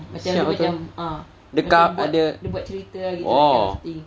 siak orh